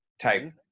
type